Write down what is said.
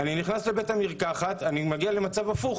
אני נכנס לבית מרקחת ומגיע למצב הפוך